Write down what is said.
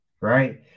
Right